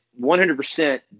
100%